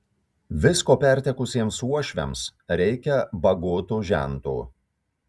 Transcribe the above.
visko pertekusiems uošviams reikia bagoto žento